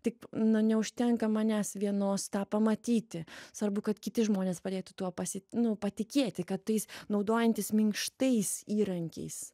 tik na neužtenka manęs vienos tą pamatyti sarbu kad kiti žmonės padėtų tuo pasi nu patikėti kad tais naudojantis minkštais įrankiais